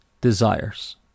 desires